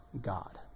God